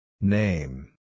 Name